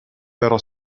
però